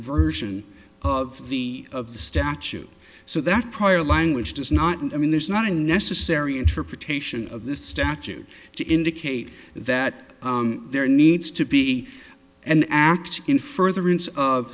version of the of the statute so that prior language does not i mean there's not a necessary interpretation of the statute to indicate that there needs to be an act in further